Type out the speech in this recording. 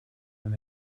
and